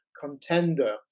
contender